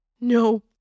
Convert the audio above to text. No